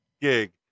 gig